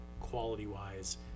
quality-wise